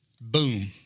boom